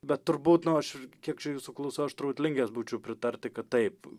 bet turbūt nu aš kiek čia jūsų klausau aš turbūt linkęs būčiau pritarti kad taip